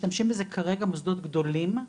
משתמשים בזה כרגע מוסדות גדולים,